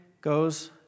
goes